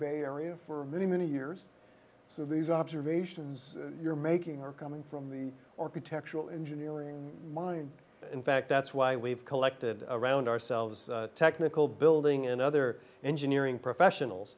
bay area for many many years so these observations you're making are coming from the architectural engineering in fact that's why we've collected around ourselves technical building and other engineering professionals